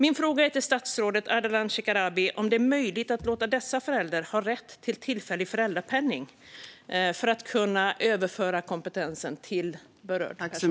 Min fråga till statsrådet Ardalan Shekarabi är om det är möjligt att låta dessa föräldrar ha rätt till tillfällig föräldrapenning för att kunna överföra kompetensen till berörd personal.